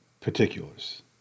particulars